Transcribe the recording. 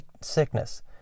sickness